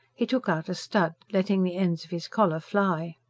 he took out a stud, letting the ends of his collar fly.